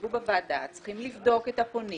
שישבו בוועדה צריכים לבדוק את הפונים.